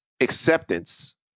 acceptance